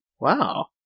Wow